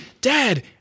Dad